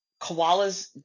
koalas